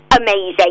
Amazing